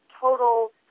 total